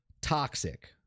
toxic